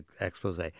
expose